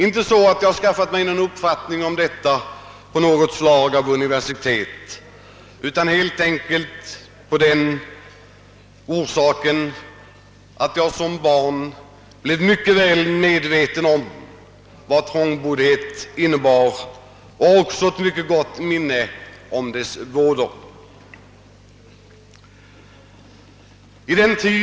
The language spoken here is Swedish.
Jag har inte skaffat mig en uppfattning om denna vid något universitet, utan jag har helt enkelt som barn blivit mycket väl medveten om vad trångboddhet innebär och jag har också ett mycket gott minne av dess vådor.